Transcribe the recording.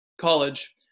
college